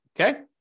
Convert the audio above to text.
Okay